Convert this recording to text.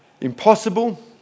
Impossible